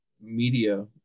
media